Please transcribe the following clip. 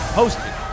hosted